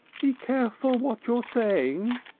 be careful what you're saying